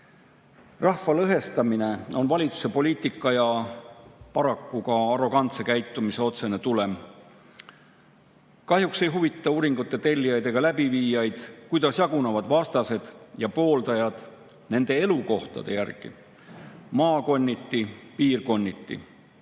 Rahva lõhestamine on valitsuse poliitika ja paraku ka arrogantse käitumise otsene tulem. Kahjuks ei huvita uuringute tellijaid ega läbiviijaid, kuidas jagunevad vastased ja pooldajad oma elukoha järgi maakonniti, piirkonniti.